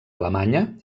alemanya